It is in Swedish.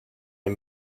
ger